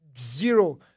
Zero